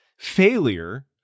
Failure